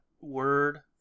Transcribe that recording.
word